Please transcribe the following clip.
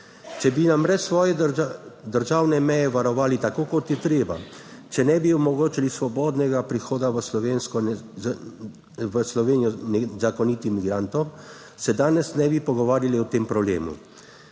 Če bi nam brez svoje državne meje varovali tako, kot je treba, če ne bi omogočili svobodnega prehoda v slovensko v Slovenijo nezakonitim migrantom, se danes ne bi pogovarjali o tem problemu.